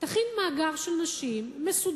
תכין מאגר מסודר